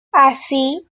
así